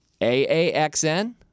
A-A-X-N